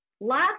Last